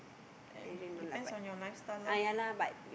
and depends on your lifestyle lor